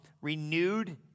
renewed